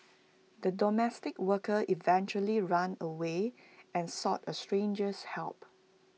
the domestic worker eventually ran away and sought A stranger's help